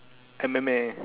M_M_A